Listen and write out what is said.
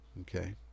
okay